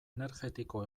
energetiko